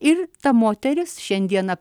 ir ta moteris šiandieną